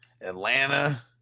Atlanta